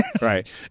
right